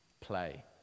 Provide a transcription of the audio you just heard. play